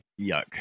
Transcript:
Yuck